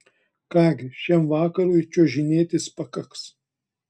ką gi šiam vakarui čiuožinėtis pakaks